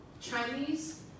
Chinese